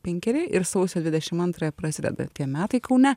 penkeri ir sausio dvidešim antrąją prasideda tie metai kaune